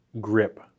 grip